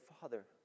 father